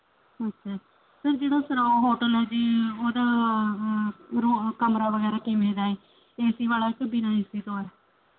ਅੱਛਾ ਸਰ ਜਿਹੜਾ ਸਰਾਂ ਹੋਟਲ ਹੈ ਜੀ ਉਹਦਾ ਰੂ ਕਮਰਾ ਵਗੈਰਾ ਕਿਵੇਂ ਦਾ ਹੈ ਏਸੀ ਵਾਲਾ ਹੈ ਕਿ ਬਿਨਾਂ ਏਸੀ ਤੋਂ ਹੈ